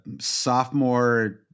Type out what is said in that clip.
sophomore